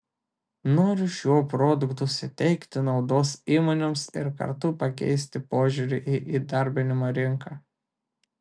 noriu šiuo produktu suteikti naudos įmonėms ir kartu pakeisti požiūrį į įdarbinimo rinką